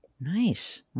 Nice